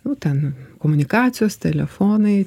nu ten komunikacijos telefonai